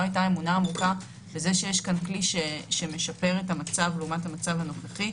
היתה אמונה עמוקה שיש פה כלי שמשפר את המצב לעונת המצב הנוכחי,